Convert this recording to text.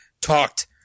talked